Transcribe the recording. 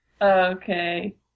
Okay